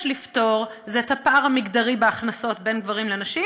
לפתור זה הפער המגדרי בהכנסות בין גברים לנשים,